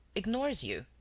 ignores you.